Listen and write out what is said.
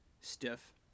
Stiff